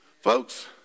Folks